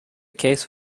case